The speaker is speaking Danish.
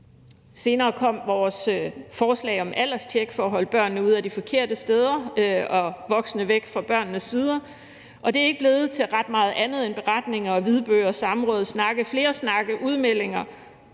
Senere kom vores forslag om alderstjek i forhold til at holde børnene ude af de forkerte steder og holde de voksne væk fra børnenes sider, og det er ikke blevet til ret meget andet end beretninger, hvidbøger, samråd, snakke, flere snakke, udmeldinger